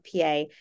PA